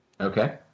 Okay